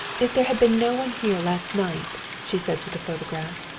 if there had been no one here last night, she said to the photograph,